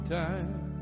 time